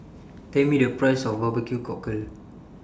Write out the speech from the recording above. Tell Me The Price of Barbecue Cockle